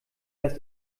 das